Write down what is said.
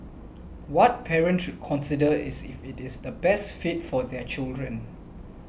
what parents consider is if it is the best fit for their children